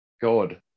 god